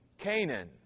Canaan